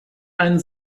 einen